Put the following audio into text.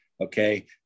Okay